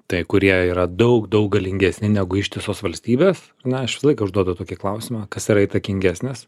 tai kurie yra daug daug galingesni negu ištisos valstybės ar ne aš visą laiką užduodu tokį klausimą kas yra įtakingesnės